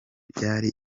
ryari